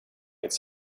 its